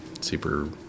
super